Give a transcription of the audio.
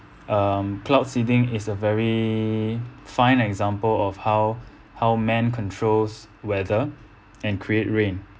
um cloud seeding is a very fine example of how how man controls weather and create rain